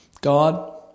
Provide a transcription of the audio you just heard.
God